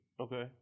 Okay